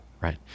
Right